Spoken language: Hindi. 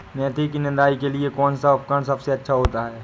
मेथी की निदाई के लिए कौन सा उपकरण सबसे अच्छा होता है?